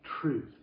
truth